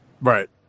Right